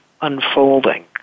unfolding